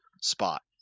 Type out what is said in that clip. spot